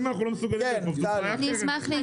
אם אנחנו לא מסוגלים לאכוף זו בעיה אחרת.